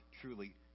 truly